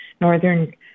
Northern